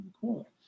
Cool